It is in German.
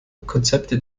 konzepte